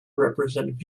represent